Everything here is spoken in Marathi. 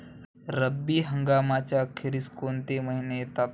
रब्बी हंगामाच्या अखेरीस कोणते महिने येतात?